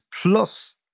plus